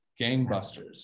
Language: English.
gangbusters